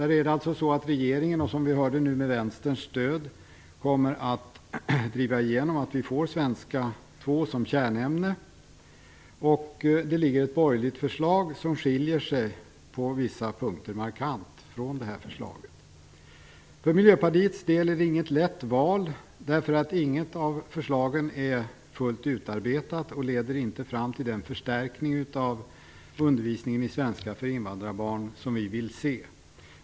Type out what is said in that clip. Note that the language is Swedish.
Regeringen kommer nu, som vi tidigare hörde, att med Vänsterns stöd driva igenom att vi får svenska 2 som kärnämne. Det finns ett borgerligt förslag som på vissa punkter skiljer sig markant från detta förslag. För Miljöpartiets del är det inget lätt val, eftersom inget av förslagen är fullt utarbetat och leder inte fram till den förstärkning av undervisningen i svenska för invandrarbarn som vi vill se.